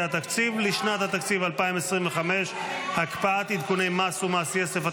התקציב לשנת התקציב 2025) (הקפאת עדכוני מס ומס יסף),